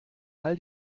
all